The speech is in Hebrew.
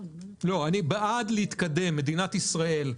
אני בעד להתקדם במדינת ישראל,